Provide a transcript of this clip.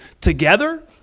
together